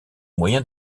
moyens